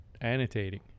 annotating